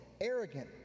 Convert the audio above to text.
arrogant